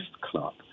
club